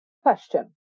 question